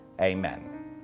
Amen